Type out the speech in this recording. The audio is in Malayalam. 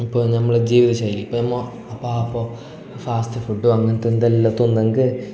ഇപ്പം നമ്മൾ ജീവിതശൈലി ഇപ്പോൾ നമ്മൾ അപ്പം അപ്പോൾ ഫാസ്റ്റ് ഫുഡ്ഡും അങ്ങനത്തെ എന്തെല്ലാമോ തിന്നെങ്കിൽ